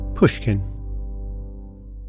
pushkin